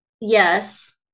Yes